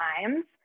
times